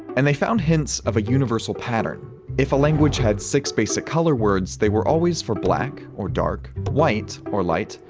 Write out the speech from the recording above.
and they found hints of a universal pattern if a language had six basic color words, they were always for black or dark, white or light,